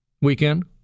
weekend